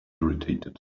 irritated